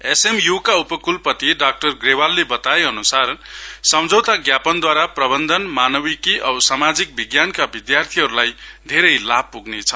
SMU का उपकुलपति डा ग्रेवालले बताउँनु भए अनुसार सम्झौता ज्ञापनद्वारा प्रबन्धन मानविकी औ सामाजिक विज्ञानका विधार्थीहरुलाई धेरै लाभ हुनेछ